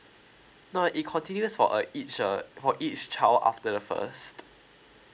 no like it continues for uh each uh for each child after first